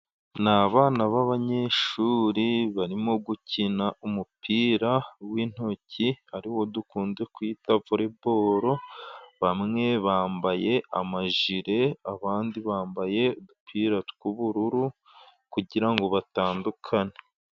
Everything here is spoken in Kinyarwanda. Ni abana b'abanyeshuri barimo gukina umupira w'intoki, ariwo dukunze kwita voreboro. Bamwe bambaye amajile abandi bambaye udupira tw'ubururu kugira ngo batandukane.